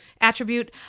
attribute